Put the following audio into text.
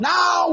Now